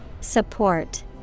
Support